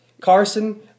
Carson